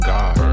God